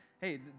hey